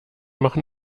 machen